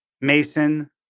Mason